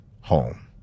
home